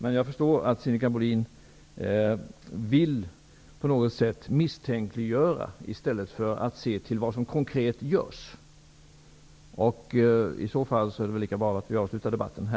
Men jag förstår att Sinikka Bohlin på något sätt vill misstänkliggöra i stället för att se till vad som konkret görs. Då är det lika bra att vi avslutar debatten nu.